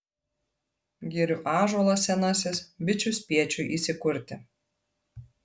girių ąžuolas senasis bičių spiečiui įsikurti